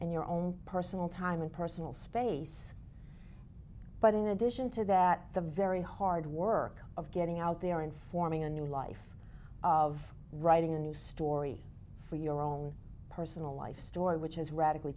and your own personal time and personal space but in addition to that the very hard work of getting out there and forming a new life of writing a new story for your own personal life story which is radically